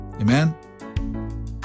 Amen